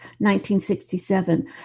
1967